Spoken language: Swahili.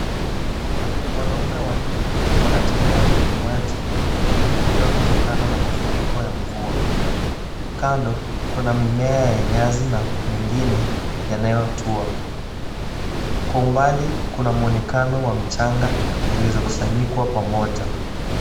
Wanaume wanne wanatembea kwenye maji lililofura kutokana na mafuriko ya mvua. Kando kuna mimea ya nyasi na mingine yanayotua. Kwa umbali kuna mwonekano wa mchanga zilizokusanyikwa pamoja.